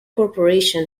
corporation